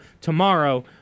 tomorrow